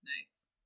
Nice